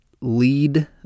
lead